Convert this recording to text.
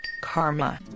karma